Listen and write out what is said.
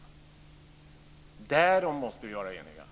Därom måste vi vara eniga.